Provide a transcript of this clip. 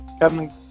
Kevin